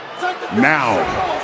now